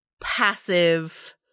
passive